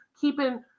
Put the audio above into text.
keeping